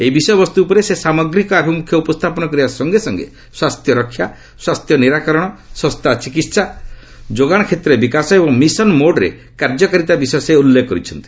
ଏହି ବିଷୟବସ୍ତୁ ଉପରେ ସେ ସାମଗ୍ରୀକ ଆଭମୁଖ୍ୟ ଉପସ୍ଥାପନ କରିବା ସଙ୍ଗେ ସଙ୍ଗେ ସ୍ୱାସ୍ଥ୍ୟ ରକ୍ଷା ସ୍ୱାସ୍ଥ୍ୟ ନିରାକରଣ ଶସ୍ତା ଚିକିତ୍ସା ଯୋଗାଣ କ୍ଷେତ୍ରରେ ବିକାଶ ଏବଂ ମିଶନ୍ ମୋଡ୍ରେ କାର୍ଯ୍ୟକାରିତା ବିଷୟ ସେ ଉଲ୍ଲେଖ କରିଛନ୍ତି